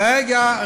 רגע.